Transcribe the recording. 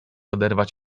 oderwać